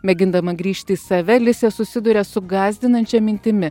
mėgindama grįžti į save liuė susiduria su gąsdinančia mintimi